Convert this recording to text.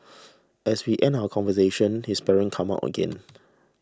as we end our conversation his parents come up again